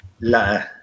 la